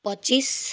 पच्चिस